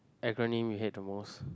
acronym you hate the most